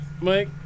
Mike